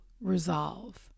resolve